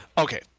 Okay